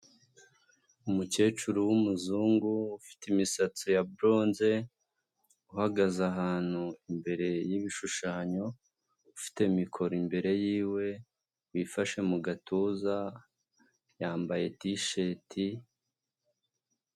Umukecuru wumuzungu ufite imisatsi ya buronze, uhagaze ahantu imbere y'ibishushanyo, ufite mikoro imbere yiwe wifashe mu gatuza, yambaye tisheti.